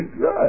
Good